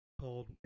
called